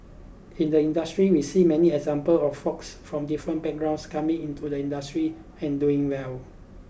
in the industry we've seen many examples of forks from different backgrounds coming into the industry and doing well